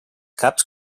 caps